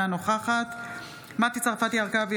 אינה נוכחת מטי צרפתי הרכבי,